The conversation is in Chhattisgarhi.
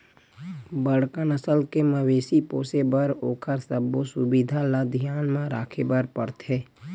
बड़का नसल के मवेशी पोसे बर ओखर सबो सुबिधा ल धियान म राखे बर परथे